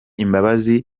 imbabazi